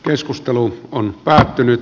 varapuhemies pekka ravi